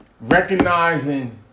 recognizing